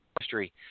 history